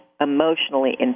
emotionally